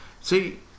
See